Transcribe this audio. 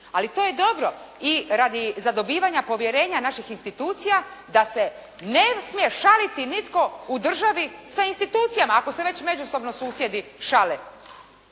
Ali to je dobro i radi zadobivanja povjerenja naših institucija da se ne smije šaliti nitko u državi sa institucijama ako se već međusobno susjedi šale